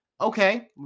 okay